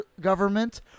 government